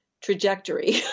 trajectory